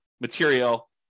material